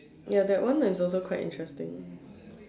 ya that one is also quite interesting